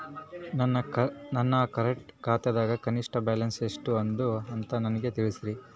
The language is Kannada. ನನ್ನ ಕರೆಂಟ್ ಖಾತಾದಾಗ ಕನಿಷ್ಠ ಬ್ಯಾಲೆನ್ಸ್ ಎಷ್ಟು ಅದ ಅಂತ ನನಗ ತಿಳಸ್ರಿ